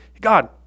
God